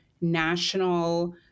national